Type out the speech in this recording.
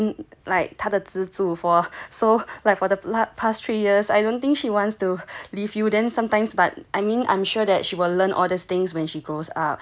oh of course like you have been like 他的资助 so like for the past three years I don't think she wants to leave you then sometimes but I mean I'm sure that she will learn all these things when she grows up